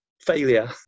failure